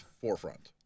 forefront